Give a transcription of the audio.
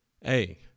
hey